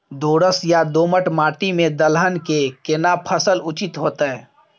दोरस या दोमट माटी में दलहन के केना फसल उचित होतै?